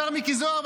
השר מיקי זוהר,